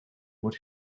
wordt